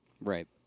Right